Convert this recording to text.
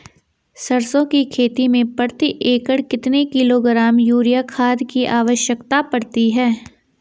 सरसों की खेती में प्रति एकड़ कितने किलोग्राम यूरिया खाद की आवश्यकता पड़ती है?